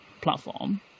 platform